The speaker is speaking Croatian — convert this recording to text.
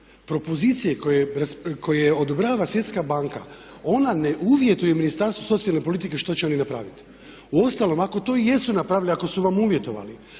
propozicije koje odobrava Svjetska banka ona ne uvjetuje Ministarstvu socijalne politike što će oni napraviti. Uostalom ako to i jesu napravili ako su vam uvjetovali